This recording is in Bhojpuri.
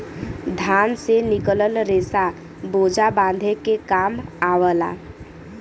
धान से निकलल रेसा बोझा बांधे के काम आवला